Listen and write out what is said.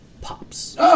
pops